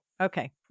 Okay